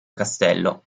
castello